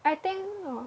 I think hor